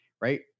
right